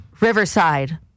Riverside